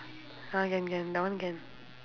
ah can can that one can